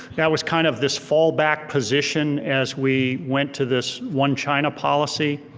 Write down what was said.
that was kind of this fallback position as we went to this one china policy